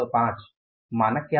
मानक क्या था